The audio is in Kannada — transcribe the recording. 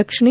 ರಕ್ಷಣೆ